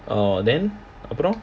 oh then அப்பறம்:aparam